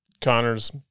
Connor's